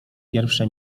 pierwsze